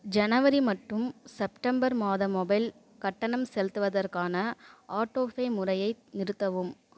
ஜனவரி மட்டும் செப்டம்பர் மாத மொபைல் கட்டணம் செலுத்துவதற்கான ஆட்டோ பே முறையை நிறுத்தவும்